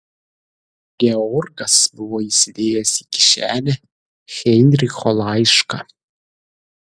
georgas buvo įsidėjęs į kišenę heinricho laišką